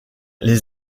les